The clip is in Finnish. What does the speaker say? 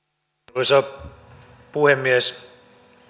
arvoisa puhemies